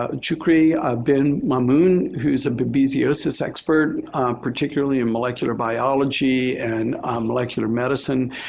and choukri ben mamoun who's a babesiosis expert particularly in molecular biology and molecular medicine,